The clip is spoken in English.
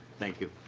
thank you.